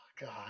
God